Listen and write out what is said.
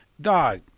Dog